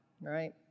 right